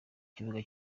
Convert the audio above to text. kibuga